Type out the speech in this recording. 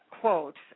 quote